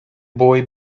boy